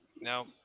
No